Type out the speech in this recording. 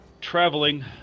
traveling